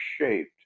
shaped